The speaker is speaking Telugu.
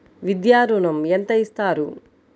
విద్యా ఋణం ఎంత ఇస్తారు?